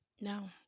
No